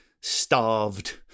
starved